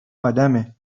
آدمه